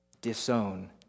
disown